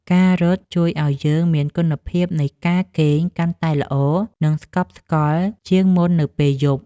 ការរត់ជួយឱ្យយើងមានគុណភាពនៃការគេងកាន់តែល្អ និងស្កប់ស្កល់ជាងមុននៅពេលយប់។